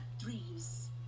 dreams